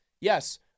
Yes